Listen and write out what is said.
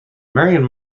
marion